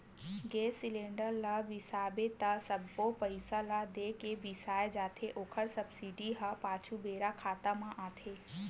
गेस cylinder ल बिसाबे त सबो पइसा ल दे के बिसाए जाथे ओखर सब्सिडी ह पाछू बेरा खाता म आथे